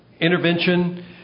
intervention